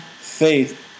faith